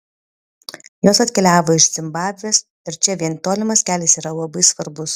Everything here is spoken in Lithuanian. jos atkeliavo iš zimbabvės ir čia vien tolimas kelias yra labai svarbus